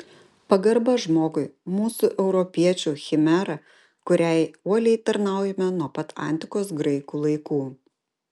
pagarba žmogui mūsų europiečių chimera kuriai uoliai tarnaujame nuo pat antikos graikų laikų